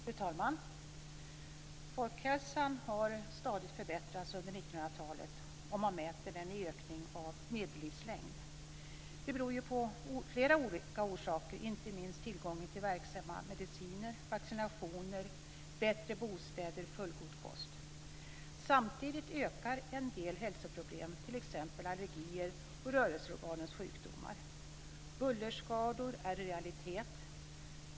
Fru talman! Folkhälsan har stadigt förbättrats under 1900-talet, om man mäter den i ökning av medellivslängd. Det beror på flera olika saker. Det handlar inte minst om tillgången till verksamma mediciner, vaccinationer, bättre bostäder och fullgod kost. Samtidigt ökar en del hälsoproblem, t.ex. allergier och rörelseorganens sjukdomar. Bullerskador är en realitet.